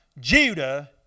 Judah